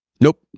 nope